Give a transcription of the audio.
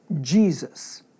Jesus